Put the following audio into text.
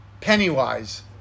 Pennywise